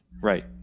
Right